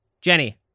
Jenny